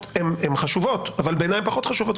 הן חשובות אבל בעיניי הן פחות חשובות,